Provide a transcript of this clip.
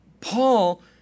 Paul